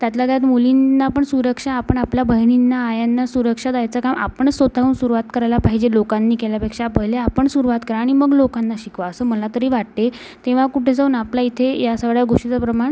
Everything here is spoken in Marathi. त्यातल्या त्यात मुलींना पण सुरक्षा आपण आपल्या बहिणींना आयांना सुरक्षा द्यायचं काम आपणच स्वतःहून सुरुवात करायला पाहिजे लोकांनी केल्यापेक्षा पहिले आपण सुरुवात करा आणि मग लोकांना शिकवा असं मला तरी वाटते तेव्हा कुठे जाऊन आपल्या इथे या सगळ्या गोष्टीचं प्रमाण